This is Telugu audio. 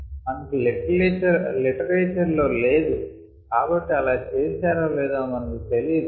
మనకు లిటరేచర్ లేదు కాబట్టి అలా చేశారో లేదో మనకు తెలియదు